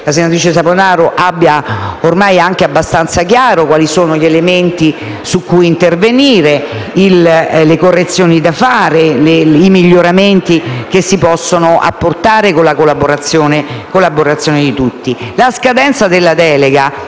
senatrice Saponaro, abbia ormai abbastanza chiaro quali sono gli elementi su cui intervenire, le correzioni da fare e i miglioramenti che si possono apportare con la collaborazione di tutti.